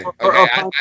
Okay